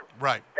Right